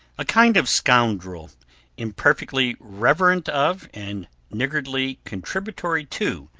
a kind of scoundrel imperfectly reverent of, and niggardly contributory to,